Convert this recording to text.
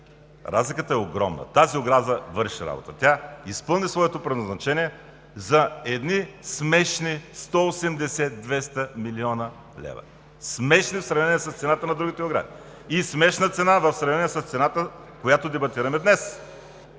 Разликата е огромна! Тази ограда върши работа. Тя изпълни своето предназначение за едни смешни 180 – 200 млн. лв. Смешни в сравнение с цената на другите огради и смешна цена в сравнение с цената, която дебатираме днес,